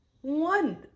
one